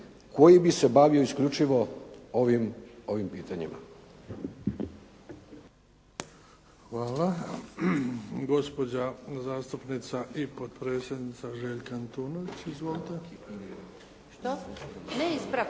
koji bi se bavio isključivo ovim pitanjima. **Bebić, Luka (HDZ)** Hvala. Gospođa zastupnica i potpredsjednica Željka Antunović. Izvolite.